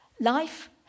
Life